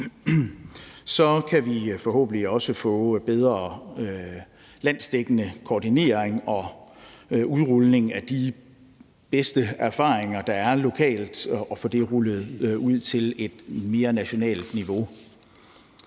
Så kan vi forhåbentlig også få bedre landsdækkende koordinering og udrulning af de bedste erfaringer, der er lokalt, til et mere nationalt niveau.